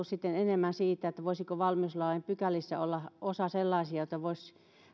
sitten enemmän siitä voisiko valmiuslain pykälissä olla osa sellaisia joita voisi